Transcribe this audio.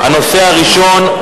הנושא הראשון: